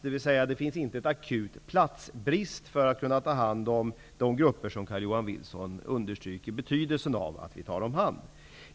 Det råder alltså inte någon platsbrist när det gäller att ta hand om de grupper som Carl-Johan Wilson understryker att det är betydelsefullt att vi tar om hand.